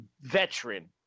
veteran